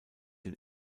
den